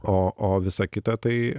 o o visa kita tai